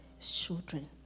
Children